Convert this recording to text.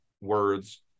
words